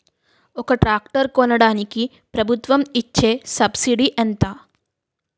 ఒక ట్రాక్టర్ కొనడానికి ప్రభుత్వం ఇచే సబ్సిడీ ఎంత?